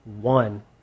one